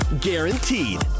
guaranteed